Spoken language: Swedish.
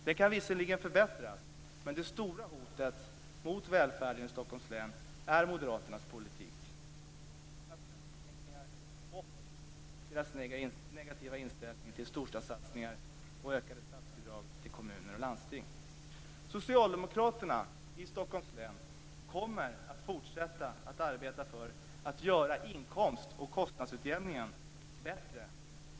Den kan visserligen förbättras, men det stora hotet mot välfärden i Stockholms län är moderaternas politik, moderaternas skattesänkningar och negativa inställning till storstadssatsningar och ökade statsbidrag till kommuner och landsting. Socialdemokraterna i Stockholms län kommer att fortsätta att arbeta för att göra inkomst och kostnadsutjämningen bättre.